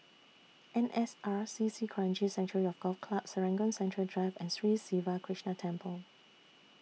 N S R C C Kranji Sanctuary of Golf Club Serangoon Central Drive and Sri Siva Krishna Temple